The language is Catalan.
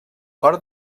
cor